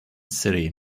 city